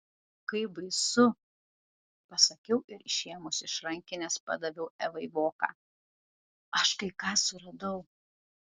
kaip baisu pasakiau ir išėmusi iš rankinės padaviau evai voką aš kai ką suradau